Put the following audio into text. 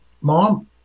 Mom